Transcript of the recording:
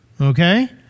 okay